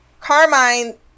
carmine